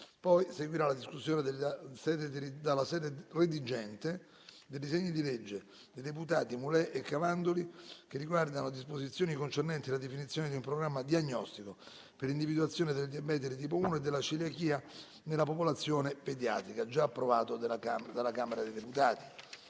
PAROLI II. Discussione dalla sede redigente dei disegni di legge: Deputati MULE’ e Laura CAVANDOLI. - Disposizioni concernenti la definizione di un programma diagnostico per l’individuazione del diabete di tipo 1 e della celiachia nella popolazione pediatrica (approvato dalla Camera dei deputati)